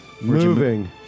Moving